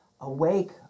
awake